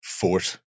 fort